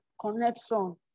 connection